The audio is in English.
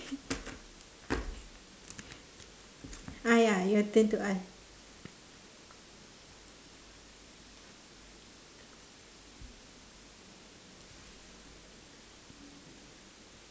ah ya your turn to ask